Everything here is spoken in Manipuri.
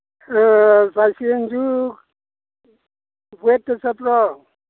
ꯆꯥꯏꯁꯦꯟꯁꯨ ꯋꯦꯠꯇ ꯆꯠꯄ꯭ꯔꯣ